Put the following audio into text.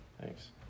Thanks